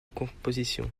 composition